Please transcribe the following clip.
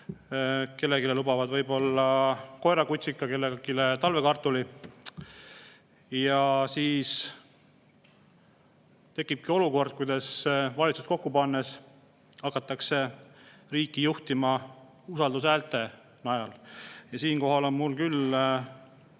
kellelegi lubavad võib-olla koerakutsika, kellelegi talvekartuli. Ja siis tekibki olukord, kus pärast valitsuse kokkupanemist hakatakse riiki juhtima usaldushäälte najal. Ja siinkohal on mul küll